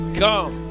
come